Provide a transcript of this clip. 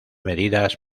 medidas